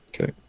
Okay